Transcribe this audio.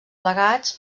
plegats